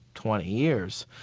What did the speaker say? twenty years,